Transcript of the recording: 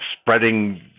spreading